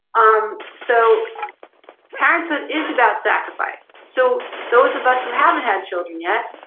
um, so parenthood is about sacrifice. so those of us who haven't had children yet.